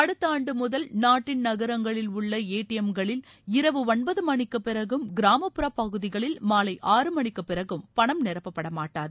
அடுத்த ஆண்டு முதல் நாட்டின் நகரங்களில் உள்ள ஏடிஎம் களில் இரவு ஒன்பது மணிக்கு பிறகும் கிராமப்புற பகுதிகளில் மாலை ஆறு மணிக்குப் பிறகும் பணம் நிரப்பப்பட மாட்டாது